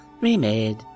remade